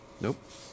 Nope